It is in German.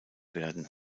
werden